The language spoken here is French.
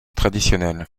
traditionnelle